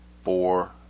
four